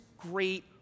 great